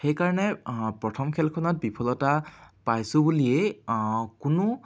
সেইকাৰণে প্ৰথম খেলখনত বিফলতা পাইছোঁ বুলিয়েই কোনো